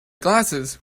glasses